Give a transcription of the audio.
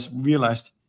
realized